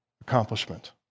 accomplishment